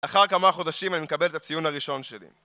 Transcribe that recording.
לאחר כמה חודשים אני מקבל את הציון הראשון שלי